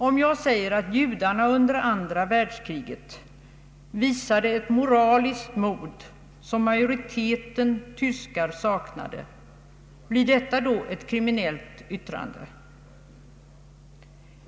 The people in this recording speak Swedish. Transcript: Om jag säger att judarna under andra världskriget visade ett moraliskt mod som majoriteten av tyskar saknade, blir detta då ett kriminellt yttrande?